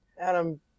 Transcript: Adam